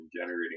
generating